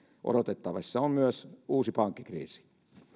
odotettavissa on myös uusi pankkikriisi